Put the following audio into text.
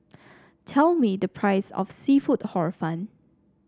tell me the price of seafood Hor Fun